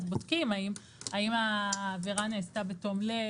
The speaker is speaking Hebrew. בודקים באם העבירה נעשתה בתום לב,